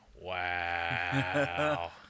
wow